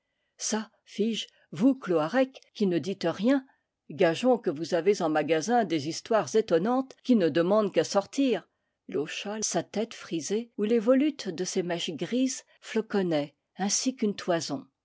çà fis-je vous cloarec qui ne dites rien gageons que vous avez en magasin des histoires étonnantes qui ne de mandent qu'à sortir il hocha sa tête frisée où les volutes de ses mèches grises floconnaient ainsi qu'une toison